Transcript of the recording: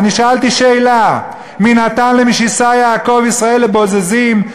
ואני שאלתי שאלה: "מי נתן למשיסה יעקב וישראל לבֹזזים"?